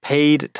Paid